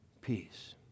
peace